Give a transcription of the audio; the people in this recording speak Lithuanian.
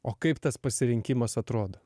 o kaip tas pasirinkimas atrodo